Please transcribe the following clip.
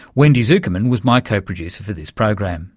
wendy zukerman was my co-producer for this program